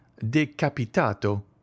decapitato